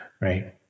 right